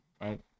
right